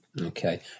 okay